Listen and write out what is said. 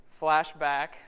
flashback